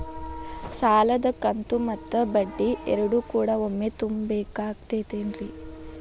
ಸಾಲದ ಕಂತು ಮತ್ತ ಬಡ್ಡಿ ಎರಡು ಕೂಡ ಒಮ್ಮೆ ತುಂಬ ಬೇಕಾಗ್ ತೈತೇನ್ರಿ?